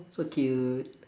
so cute